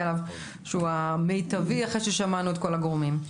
אליו שהוא המיטבי אחרי ששמענו את כל הגורמים.